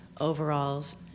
overalls